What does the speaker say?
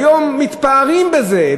היום מתפארים בזה,